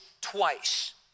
twice